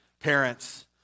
parents